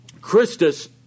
Christus